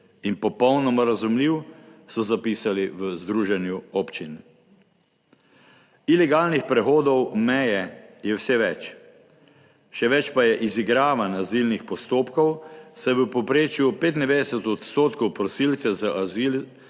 (nadaljevanje) so zapisali v Združenju občin. Ilegalnih prehodov meje je vse več, še več pa je izigravanj azilnih postopkov, saj v povprečju 95 odstotkov prosilcev za azil